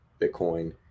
Bitcoin